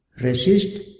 resist